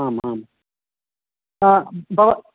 आम् आम् भव